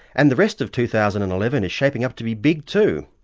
and the rest of two thousand and eleven is shaping up to be big too.